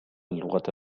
اللغة